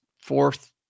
fourth